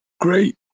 Great